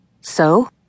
So